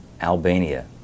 Albania